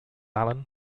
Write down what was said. allen